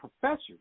professors